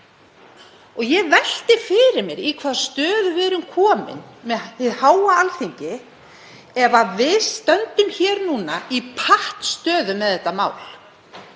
Ég velti fyrir mér í hvaða stöðu við erum komin með hið háa Alþingi ef við stöndum hér núna í pattstöðu með þetta mál.